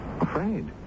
Afraid